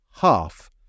half